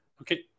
Okay